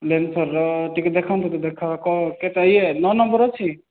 ରେନଫରର ଟିକେ ଦେଖନ୍ତୁ ତ ଦେଖାଅ କ କେତେ ଇଏ ନଅ ନମ୍ବର ଅଛି